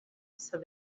said